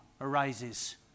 arises